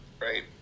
right